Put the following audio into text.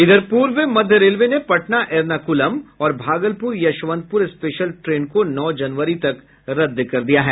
इधर पूर्व मध्य रेलवे ने पटना एर्नाकुलम और भागलपुर यशवंतपुर स्पेशल ट्रेन को नौ जनवरी तक रद्द कर दिया गया है